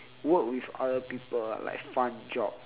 work with other people ah like fun job